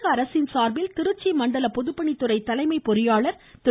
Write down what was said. தமிழக அரசின் சார்பில் திருச்சி மண்டல பொதுப்பணித்துறை தலைமை பொறியாளர் திரு